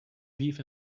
beef